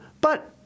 But-